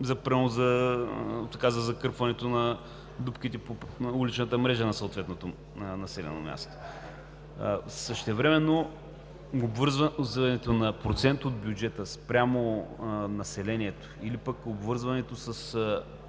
за закърпването на дупките по уличната мрежа на съответното населено място. Същевременно обвързването на процент от бюджета спрямо населението или пък с